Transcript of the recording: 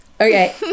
okay